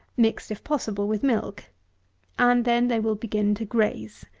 mixed, if possible, with milk and then they will begin to graze.